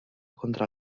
contra